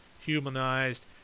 humanized